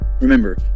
Remember